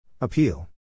Appeal